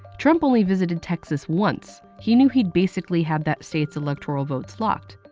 trump only visited texas once he knew he basically had that state's electoral votes locked.